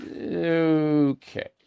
Okay